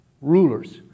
rulers